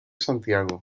santiago